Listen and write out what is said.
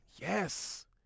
Yes